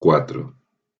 cuatro